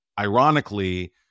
ironically